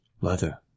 Leather